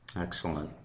Excellent